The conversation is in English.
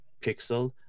pixel